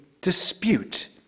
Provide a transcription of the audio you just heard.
dispute